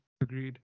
Agreed